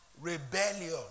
rebellion